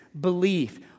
belief